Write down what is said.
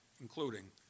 including